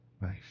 Nice